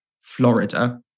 Florida